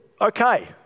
okay